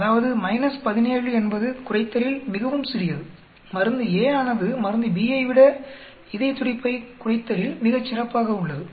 அதாவது 17 என்பது குறைத்தலில் மிகவும் சிறியது மருந்து A ஆனது மருந்து B ஐ விட இதயத்துடிப்பை குறைத்தலில் மிகச்சிறப்பாக உள்ளது